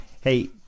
Hey